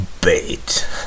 bait